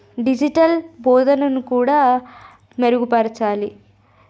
digital బోధనను కూడా మెరుగు పరచాలి